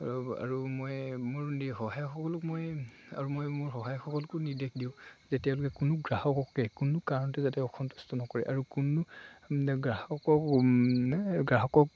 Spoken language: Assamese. আৰু আৰু মই মোৰ সহায়কসকলক মই আৰু মই মোৰ সহায়সকলকো নিৰ্দেশ দিওঁ যে তেওঁলোকে কোনো গ্ৰাহককে কোনো কাৰণতে যাতে অসন্তুষ্ট নকৰে আৰু কোনো গ্ৰাহকক এই গ্ৰাহকক